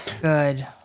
Good